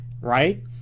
right